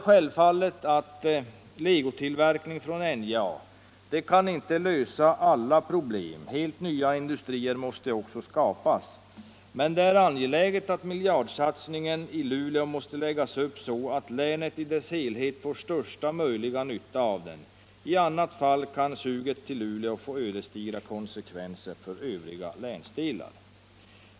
Självklart kan inte legotillverkning från NJA lösa alla problem. Helt nya industrier måste också skapas. Men det är angeläget att miljardsatsningen i Luleå läggs upp så att länet i dess helhet kan dra största möjliga nytta av den. I annat fall kan suget till Luleå få ödesdigra konsekvenser för övriga länsdelar.